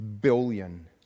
billion